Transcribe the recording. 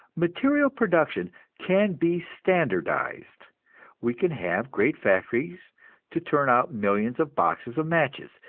material production can be standardized we can have great factories to turn out millions of boxes of matches,